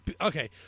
Okay